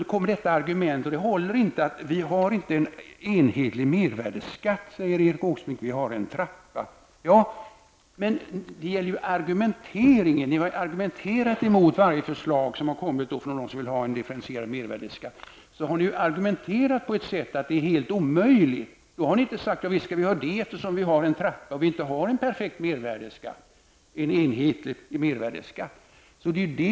Nu kommer detta argument. Det håller inte. Erik Åsbrink säger att vi inte har en enhetlig mervärdeskatt utan att vi har en trappa. Ja visst, men nu gäller det argumenteringen. Ni har argumentera emot alla förslag som har kommit från dem som har velat ha differentierad mervärdeskatt. Ni har argumenterat på ett sådant sätt att ni har sagt att det är helt omöjligt. Ni har inte sagt att vi skall genomföra detta eftersom vi har en trappa och inte har perfekt och enhetlig mervärdeskatt.